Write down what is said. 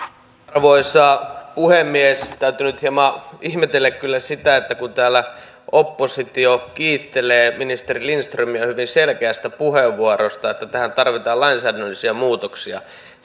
arvoisa puhemies täytyy nyt hieman ihmetellä kyllä sitä että kun täällä oppositio kiittelee ministeri lindströmiä hyvin selkeästä puheenvuorosta siitä että tähän tarvitaan lainsäädännöllisiä muutoksia